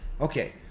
Okay